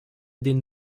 den